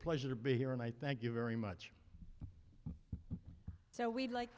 pleasure to be here and i thank you very much so we'd like